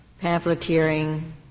pamphleteering